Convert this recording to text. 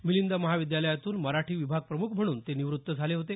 मिलिंद महाविद्यालयातून मराठी विभागप्रमुख म्हणून ते निवृत्त झाले होते